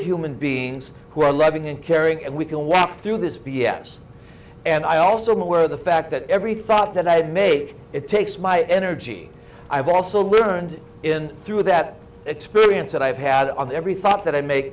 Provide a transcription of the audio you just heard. human beings who are loving and caring and we can walk through this b s and i also wear the fact that every thought that i have made it takes my energy i have also learned in through that experience that i have had on every thought that i make